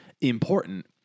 important